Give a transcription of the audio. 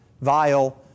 vile